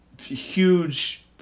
Huge